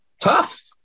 tough